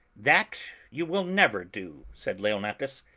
that you will never do, said leonatus.